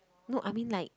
no I mean like